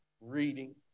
Reading